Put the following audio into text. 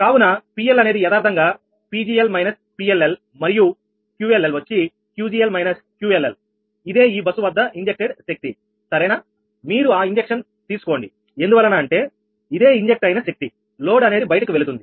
కాబట్టి 𝑃𝐿 అనేది యదార్ధంగా 𝑃𝑔𝐿 − 𝑃𝐿𝐿 మరియు 𝑄𝐿𝐿 వచ్చి 𝑄𝑔𝐿 − 𝑄𝐿𝐿 ఇదే ఈ బస్సు వద్ద ఇంజెక్ట్ డ్ శక్తి అవునా మీరు ఆ ఇంజక్షన్ తీసుకోండి ఎందువలన అంటే ఇదే ఇంజెక్ట్ అయిన శక్తి లోడ్ అనేది బయటకు వెళుతుంది